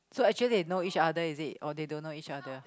so actually they know each other is it or they don't know each other